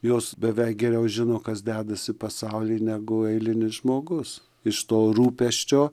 jos beveik geriau žino kas dedasi pasauly negu eilinis žmogus iš to rūpesčio